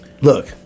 Look